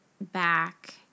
back